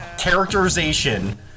characterization